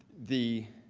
the